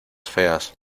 feas